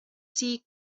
sie